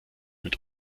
mit